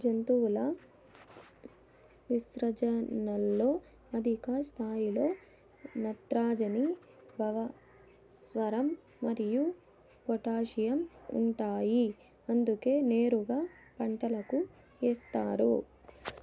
జంతువుల విసర్జనలలో అధిక స్థాయిలో నత్రజని, భాస్వరం మరియు పొటాషియం ఉంటాయి అందుకే నేరుగా పంటలకు ఏస్తారు